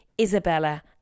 Isabella